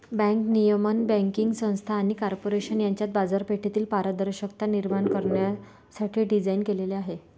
bank नियमन banking संस्था आणि कॉर्पोरेशन यांच्यात बाजारपेठेतील पारदर्शकता निर्माण करण्यासाठी डिझाइन केलेले आहे